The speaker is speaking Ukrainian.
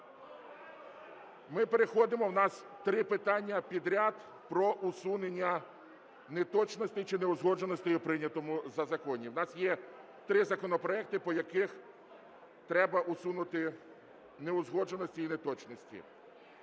Ми переходимо, в нас три питання підряд про усунення неточностей чи неузгодженостей у прийнятому законі. В нас є три законопроекти, по яких треба усунути неузгодженості і неточності.